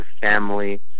family